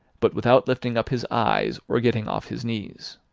but without lifting up his eyes, or getting off his knees.